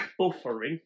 buffering